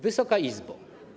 Wysoka Izbo!